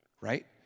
Right